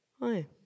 Hi